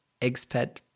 Expat